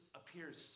appears